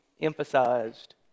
emphasized